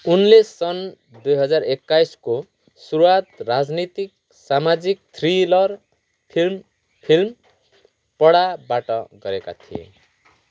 उनले सन् दुई हजार एक्काइसको सुरुआत राजनीतिक सामाजिक थ्रिलर फिल्म फिल्म पडा बाट गरेका थिए